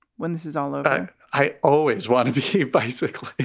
when this is all. and i i always wanted to see bicycle